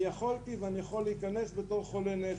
אני יכולתי ואני יכול להיכנס בתור חולה נפש.